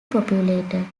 populated